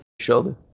shoulder